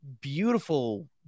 beautiful